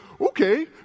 okay